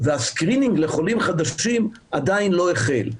והסקרינינג לחולים חדשים עדיין לא החל.